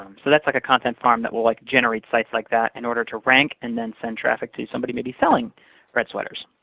um so that's like a content farm that will like generate sites like that in order to rank and then send traffic to. somebody may be selling red sweaters.